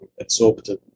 absorptive